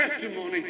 testimony